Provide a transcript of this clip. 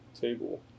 table